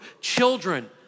children